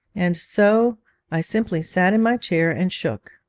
and so i simply sat in my chair and shook.